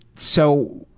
so,